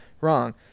Wrong